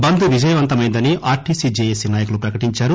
బంద్ విజయవంతమైందని RTC JAC నాయకులు ప్రకటించారు